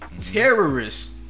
terrorist